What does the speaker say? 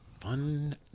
fun